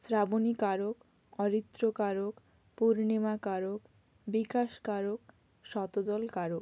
Shrabani Karak Aritra Karak Purnima Karak Bikash Karak Shatadal Karak